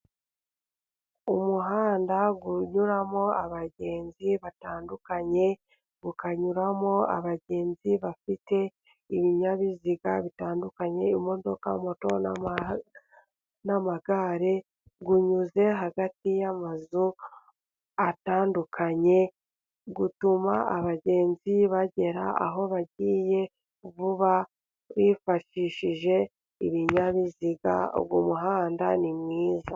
Umuhanda unyuramo abagenzi batandukanye, ukanyuramo abagenzi bafite ibinyabiziga bitandukanye imodoka, moto n'amagare unyuze hagati y'amazu atandukanye utuma abagenzi bagera aho bagiye vuba bifashishije ibinyabiziga. Umuhanda ni mwiza.